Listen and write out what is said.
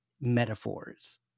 metaphors